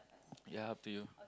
ya up to you